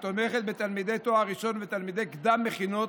התומכת בתלמידי תואר ראשון ובתלמידי קדם-מכינות